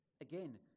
Again